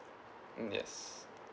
mm yes